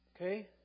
Okay